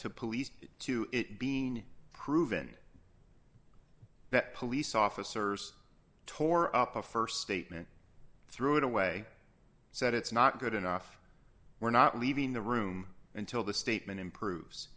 police to it being proven that police officers tore up the st statement threw it away said it's not good enough we're not leaving the room until the statement improves